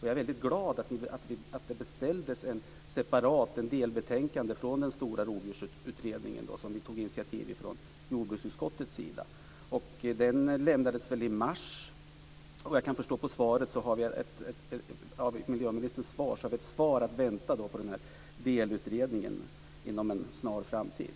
Jag är glad att det beställdes ett delbetänkande från den stora rovdjursutredningen - den utredning som jordbruksutskottet tog initiativ till. Delbetänkandet avlämnades i mars. Av miljöministerns svar förstår jag att det finns ett svar att vänta av delutredningen inom en snar framtid.